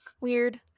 Weird